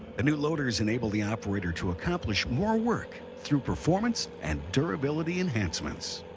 ah new loaders enable the operator to accomplish more work through performance and durability enhancements.